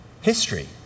History